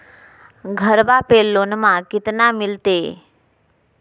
घरबा पे लोनमा कतना मिलते?